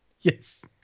Yes